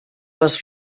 les